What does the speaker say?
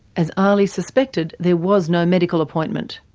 as ali suspected, there was no medical appointment.